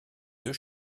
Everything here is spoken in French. deux